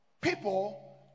people